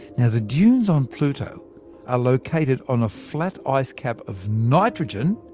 yeah the dunes on pluto are located on a flat ice cap of nitrogen,